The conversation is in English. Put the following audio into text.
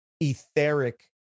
etheric